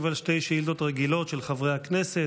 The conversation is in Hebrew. על שתי שאילתות רגילות של חברי הכנסת.